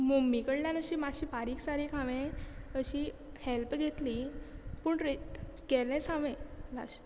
mummy कडल्यान अशी मातशी बारीक सारीक हांवें अशी हेल्प घेतली पूण केलेंच हांवें लास्ट